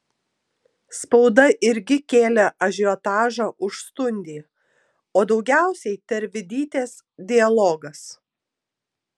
spauda irgi kėlė ažiotažą už stundį o daugiausiai tervidytės dialogas